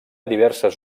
diverses